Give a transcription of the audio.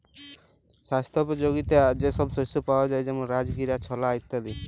স্বাস্থ্যপ যগীতা যে সব শস্য পাওয়া যায় যেমল রাজগীরা, ছলা ইত্যাদি